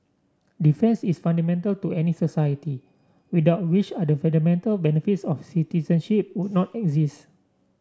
defence is fundamental to any society without which other fundamental benefits of citizenship would not exist